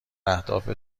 اهداف